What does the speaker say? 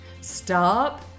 Stop